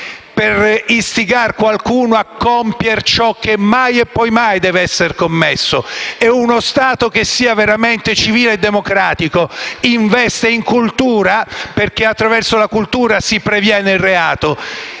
per istigare qualcuno a compiere ciò che mai e poi mai deve essere commesso. E uno Stato che sia veramente civile e democratico investe in cultura, perché attraverso la cultura si previene il reato,